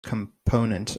component